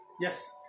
Yes